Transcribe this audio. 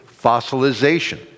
fossilization